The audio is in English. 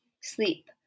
sleep